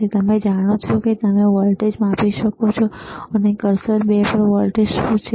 હવે તમે જાણો છો કે તમે વોલ્ટેજ માપી શકો છો કર્સર 2 પર વોલ્ટેજ શું છે